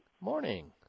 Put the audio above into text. Morning